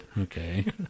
Okay